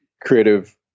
creative